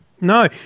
No